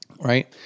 Right